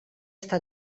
està